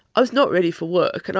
i was not ready for work. and